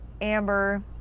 amber